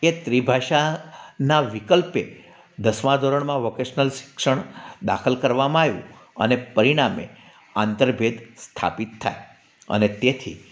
કે ત્રી ભાષાનાં વિકલ્પે દસમાં ધોરણે વોકેશનલ શિક્ષણ દાખલ કરવામાં આવ્યું અને પરિણામે આંતરભેદ સ્થાપિત થાય અને તેથી